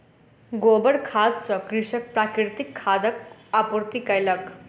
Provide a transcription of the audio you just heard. गोबर खाद सॅ कृषक प्राकृतिक खादक आपूर्ति कयलक